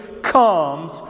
comes